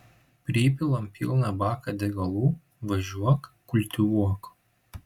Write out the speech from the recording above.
pripilam pilną baką degalų važiuok kultivuok